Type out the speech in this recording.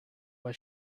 way